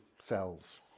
cells